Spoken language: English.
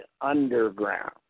underground